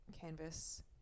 canvas